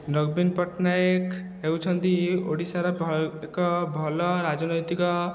ନବୀନ ପଟ୍ଟନାୟକ ହେଉଛନ୍ତି ଓଡ଼ିଶାର ଏକ ଭଲ ରାଜନୈତିକ